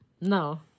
No